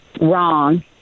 wrong